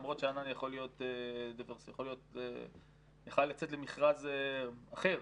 למרות שהענן יכל לצאת למכרז אחר,